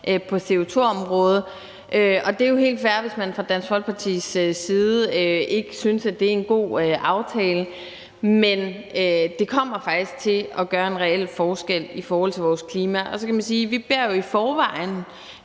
på CO2-området. Det er jo helt fair, hvis man fra Dansk Folkepartis side ikke synes, at det er en god aftale, men det kommer faktisk til at gøre en reel forskel i forhold til vores klima. Så kan man sige, at vi jo i forvejen